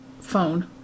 phone